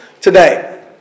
today